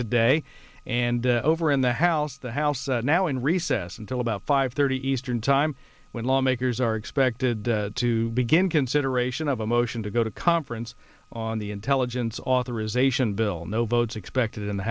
today and over in the house the house now in recess until about five thirty eastern time when lawmakers are expected to begin consideration of a motion to go to conference on the intelligence authorization bill no votes expected in the